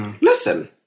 listen